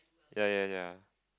ya ya ya